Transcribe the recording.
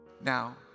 Now